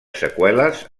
seqüeles